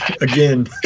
Again